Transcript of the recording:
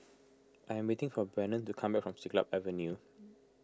I am waiting for Brennan to come back from Siglap Avenue